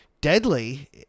deadly